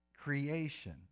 creation